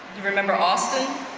you remember austin,